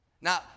Now